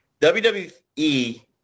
WWE